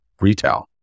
retail